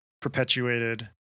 perpetuated